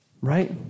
right